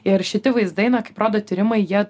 ir šitie vaizdai na kaip rodo tyrimai jie